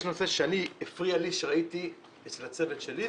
יש נושא שהפריע לי אצל הצוות שלי.